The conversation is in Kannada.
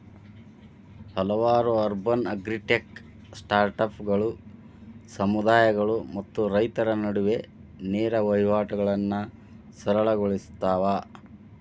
ಹಲವಾರು ಅರ್ಬನ್ ಅಗ್ರಿಟೆಕ್ ಸ್ಟಾರ್ಟ್ಅಪ್ಗಳು ಸಮುದಾಯಗಳು ಮತ್ತು ರೈತರ ನಡುವೆ ನೇರ ವಹಿವಾಟುಗಳನ್ನಾ ಸರಳ ಗೊಳ್ಸತಾವ